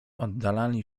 oddalali